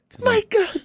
Micah